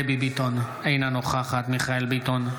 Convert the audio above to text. דבי ביטון, אינה נוכחת מיכאל מרדכי ביטון,